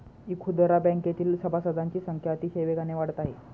इखुदरा बँकेतील सभासदांची संख्या अतिशय वेगाने वाढत आहे